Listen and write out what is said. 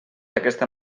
aquesta